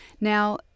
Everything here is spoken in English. Now